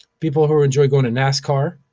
people who enjoy going to nascar,